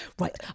right